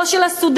לא של הסודאנים.